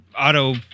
auto